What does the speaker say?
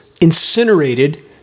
incinerated